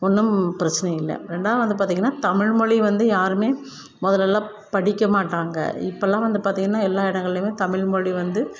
ஒன்றும் பிரச்சின இல்லை ரெண்டாவது வந்து பார்த்தீங்கன்னா தமிழ்மொழி வந்து யாருமே முதலல்லாம் படிக்க மாட்டாங்க இப்போலாம் வந்து பார்த்தீங்கன்னா எல்லா இடங்கள்லையுமே தமிழ்மொழி வந்து